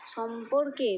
সম্পর্কের